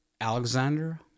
Alexander